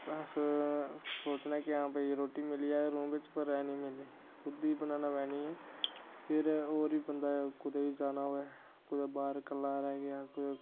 अस सोचने कि हां भाई रुट्टी मिली जाए रूम बिच्च पर ओह् हे नी मिलनी खुद ही बनाना पैनी फिर होर बी बन्दा कुदै बी जाना होऐ कुदै बाह्र कल्ला रैह् गेआ